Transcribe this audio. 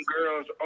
girls